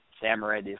Samurai